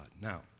Now